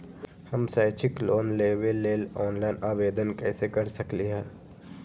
हम शैक्षिक लोन लेबे लेल ऑनलाइन आवेदन कैसे कर सकली ह?